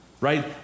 Right